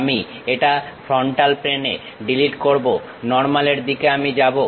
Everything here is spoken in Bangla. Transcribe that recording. আমি এটা ফ্রন্টাল প্লেন এ ডিলিট করব নর্মালের দিকে আমি যাবো